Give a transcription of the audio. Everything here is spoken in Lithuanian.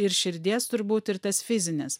ir širdies turbūt ir tas fizines